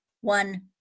One